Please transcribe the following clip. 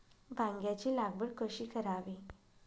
वांग्यांची लागवड कशी करावी?